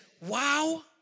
wow